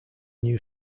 new